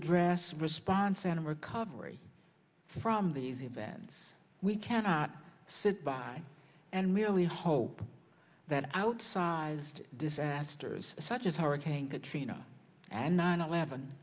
address response and recovery from these events we cannot sit by and merely hope that outsized disasters such as hurricane katrina and nine eleven